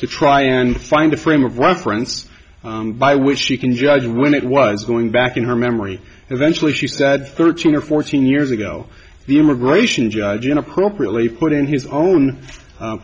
to try and find a frame of reference by which she can judge when it was going back in her memory eventually she said thirteen or fourteen years ago the immigration judge inappropriately foot in his own